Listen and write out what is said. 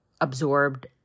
absorbed